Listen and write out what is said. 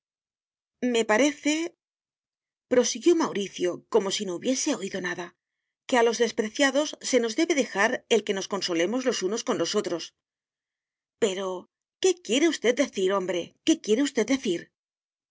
me pareceprosiguió mauricio como si no hubiese oído nadaque a los despreciados se nos debe dejar el que nos consolemos los unos con los otros pero qué quiere usted decir hombre qué quiere usted decir